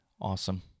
Awesome